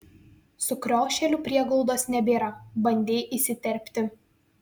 sukriošėlių prieglaudos nebėra bandei įsiterpti